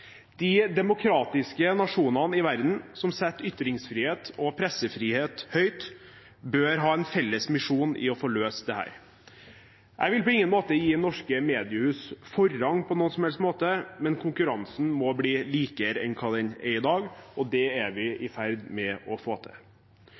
De demokratiske nasjonene i verden, som setter ytringsfrihet og pressefrihet høyt, bør ha en felles misjon i å få løst dette. Jeg vil på ingen måte gi norske mediehus forrang på noen som helst måte, men konkurransen må bli likere enn hva den er i dag, og det er vi i